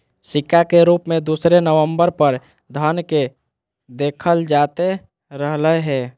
सिक्का के रूप मे दूसरे नम्बर पर धन के देखल जाते रहलय हें